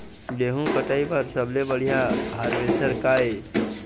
गेहूं कटाई बर सबले बढ़िया हारवेस्टर का ये?